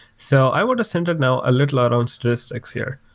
so i want to center now little around statistics here.